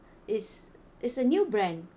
is is a new brand